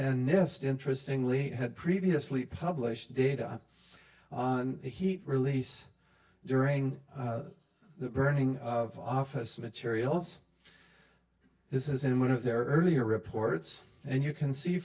and nist interesting lee had previously published data on heat release during the burning of office materials this is in one of their earlier reports and you can see